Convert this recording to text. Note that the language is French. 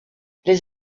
les